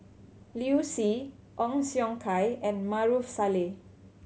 Liu Si Ong Siong Kai and Maarof Salleh